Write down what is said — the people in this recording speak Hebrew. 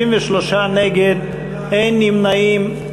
63 נגד, אין נמנעים.